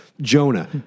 Jonah